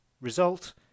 Result